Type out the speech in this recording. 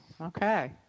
Okay